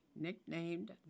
Nicknamed